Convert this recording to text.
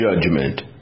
judgment